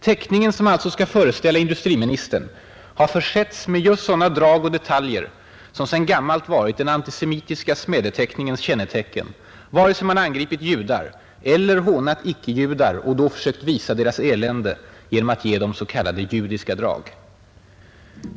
Teckningen, som alltså skall föreställa industriministern, har försetts med just sådana drag och detaljer som sedan gammalt varit den antisemitiska smädeteckningens kännetecken vare sig man angripit judar eller hånat icke-judar och då försökt visa deras elände genom att ge dem s.k. judiska drag.